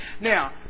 Now